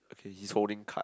okay he's holding card